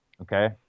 Okay